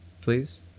please